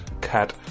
cat